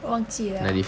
我忘记 liao